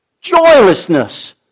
Joylessness